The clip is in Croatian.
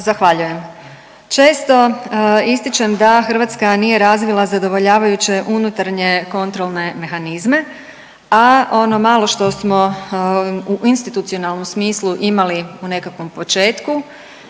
Zahvaljujem. Često ističem da Hrvatska nije razvila zadovoljavajuće unutarnje kontrolne mehanizme, a ono malo što smo u institucionalnom smislu imali u nekakvom početku